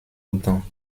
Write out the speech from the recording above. outans